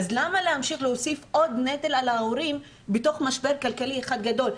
אז למה להמשיך להוסיף עוד נטל על ההורים בתוך משבר כלכלי אחד גדול?